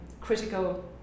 critical